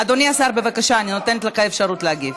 אדוני השר, בבקשה, אני נותנת לך אפשרות להגיב.